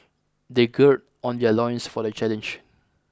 they gird on their loins for the challenge